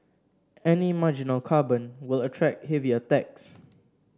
any marginal carbon will attract heavier tax